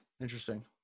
Interesting